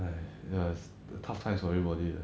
!aiya! ya is tough times for everybody